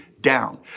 down